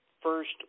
first